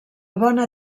bona